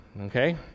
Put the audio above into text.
okay